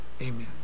Amen